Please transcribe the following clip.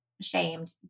ashamed